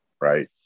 right